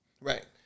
Right